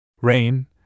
Rain